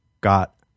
got